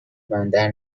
بندر